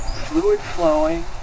fluid-flowing